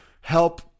help